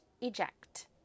eject